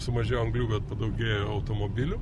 sumažėjo anglių bet padaugėjo automobilių